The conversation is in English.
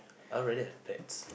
I already have pets